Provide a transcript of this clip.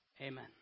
Amen